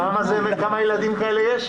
כמה ילדים כאלו יש.